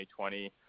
2020